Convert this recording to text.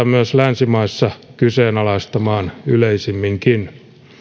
myös länsimaissa kyseenalaistamaan yleisemminkin